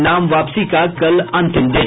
नाम वापसी का कल अंतिम दिन